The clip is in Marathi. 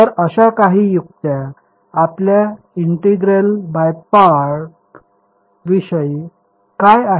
तर अशा काही युक्त्या आपल्या इंटिग्रेशन बाय पार्टस विषयी काय आहेत